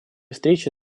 встрече